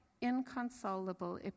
inconsolable